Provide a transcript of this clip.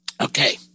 Okay